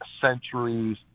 centuries